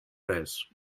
res